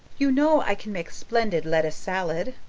you know i can make splendid lettuce salad.